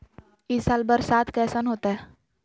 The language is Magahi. ई साल बरसात कैसन होतय?